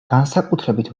განსაკუთრებით